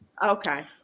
Okay